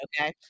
okay